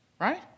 right